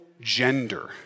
gender